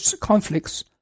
conflicts